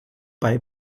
bei